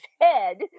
head